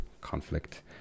conflict